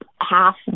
half